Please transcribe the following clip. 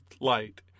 light